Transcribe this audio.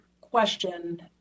question